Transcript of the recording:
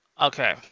Okay